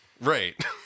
Right